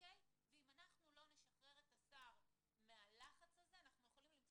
ואם אנחנו לא נשחרר את השר מהלחץ הזה אנחנו יכולים למצוא